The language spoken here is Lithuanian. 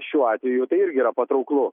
šiuo atveju tai irgi yra patrauklu